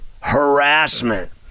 harassment